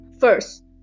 First